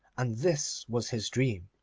and this was his dream.